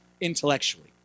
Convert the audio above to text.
intellectually